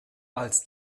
als